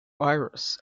iris